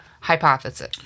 hypothesis